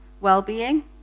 well-being